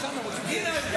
הינה,